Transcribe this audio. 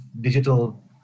digital